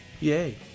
Yay